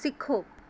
ਸਿੱਖੋ